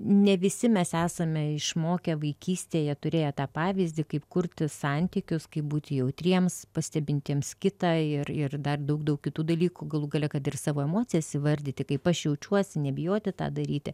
ne visi mes esame išmokę vaikystėje turėję tą pavyzdį kaip kurti santykius kaip būti jautriems pastebintiems kitą ir ir dar daug daug kitų dalykų galų gale kad ir savo emocijas įvardyti kaip aš jaučiuosi nebijoti tą daryti